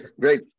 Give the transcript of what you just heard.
great